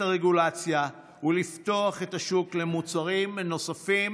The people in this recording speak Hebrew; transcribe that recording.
הרגולציה ולפתוח את השוק למוצרים נוספים,